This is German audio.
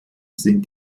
sind